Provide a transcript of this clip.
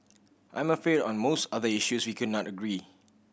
I am afraid on most other issues we could not agree